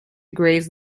graze